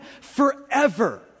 forever